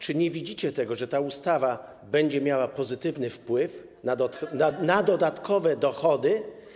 Czy nie widzicie tego, że ta ustawa będzie miała pozytywny wpływ na dodatkowe dochody?